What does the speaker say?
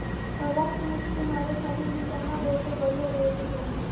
भला से मछली मारे खातिर निशाना बहुते बढ़िया रहे के चाही